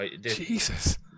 Jesus